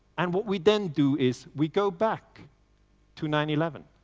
and what we then do is we go back to nine eleven.